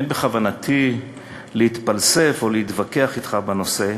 אין בכוונתי להתפלסף או להתווכח אתך בנושא,